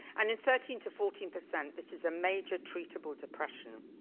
and in thirteen to fourteen percent, this is a major, treatable depression.